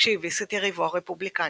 כשהביס את יריבו הרפובליקני.